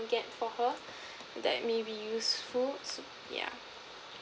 get for her that may be useful yeah